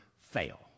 fail